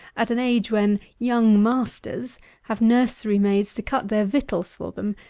at an age when young masters have nursery-maids to cut their victuals for them,